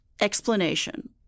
explanation